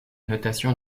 notations